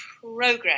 progress